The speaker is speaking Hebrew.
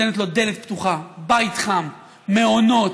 נותנת לו דלת פתוחה, בית חם, מעונות.